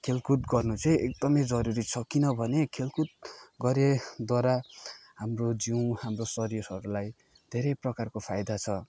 खेलकुद गर्नु चाहिँ एकदमै जरुरी छ किनभने खेलकुद गरेद्वारा हाम्रो जिउ हाम्रो शरीरहरूलाई धेरै प्रकारको फाइदा छ